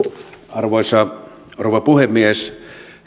arvoisa rouva puhemies